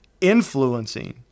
influencing